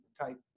type